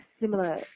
similar